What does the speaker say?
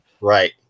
Right